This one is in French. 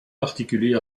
particulier